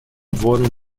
wurden